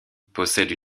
possède